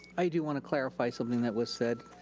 i do want to clarify something that was said.